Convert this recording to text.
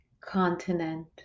continent